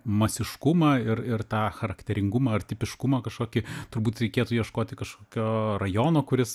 masiškumą ir ir tą charakteringumą ir tipiškumą kažkokį turbūt reikėtų ieškoti kažkokio rajono kuris